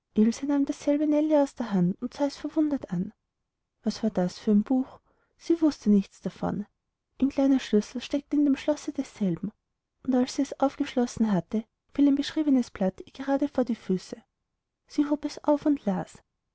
aus der hand und sah es verwundert an was war das für ein buch sie wußte nichts davon ein kleiner schlüssel steckte in dem schlosse desselben und als sie es aufgeschlossen hatte fiel ein beschriebenes blatt ihr gerade vor die füße sie hob es auf und las